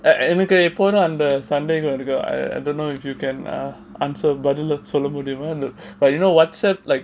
எனக்கு எப்போதும் அந்த:enaku epodhum andha sunday I I don't know if you can uh answer பதிலா சொல்ல முடியும்:pathila solla mudium like you know whatsapp like